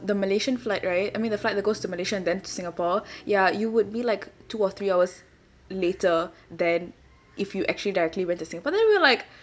the malaysian flight right I mean the flight that goes to malaysia and then singapore ya you would be like two or three hours later then if you actually directly went to singapore but then we were like